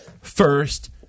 first